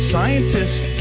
Scientists